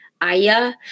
Aya